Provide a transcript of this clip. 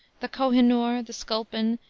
the kohinoor, the sculpin,